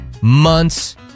months